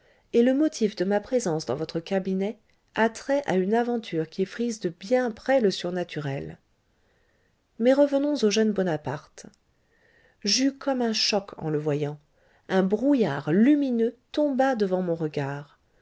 et le motif de ma présence dans votre cabinet a trait à une aventure qui frise de bien près le surnaturel mais revenons au jeune bonaparte j'eus comme un choc en le voyant un brouillard lumineux tomba devant mon regard